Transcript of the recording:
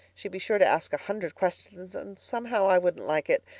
she'd be sure to ask a hundred questions and somehow i wouldn't like it.